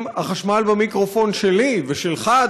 אם החשמל במיקרופון שלי ושלך,